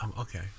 Okay